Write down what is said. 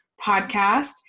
podcast